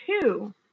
two